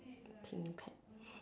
Thinkpad